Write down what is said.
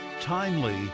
timely